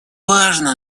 важны